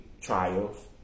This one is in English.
trials